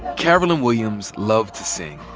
carolyn williams loved to sing